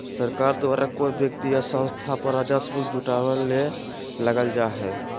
सरकार द्वारा कोय व्यक्ति या संस्था पर राजस्व जुटावय ले लगाल जा हइ